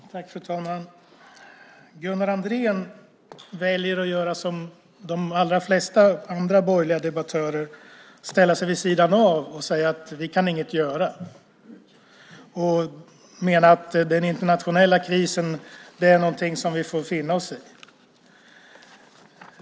Fru talman! Gunnar Andrén väljer att göra som de allra flesta andra borgerliga debattörer, nämligen att ställa sig vid sidan om och säga att man inte kan göra något. Han menar att den internationella krisen är något vi får finna oss i.